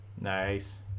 nice